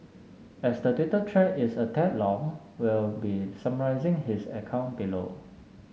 as the Twitter thread is a tad long we'll be summarising his account below